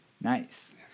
Nice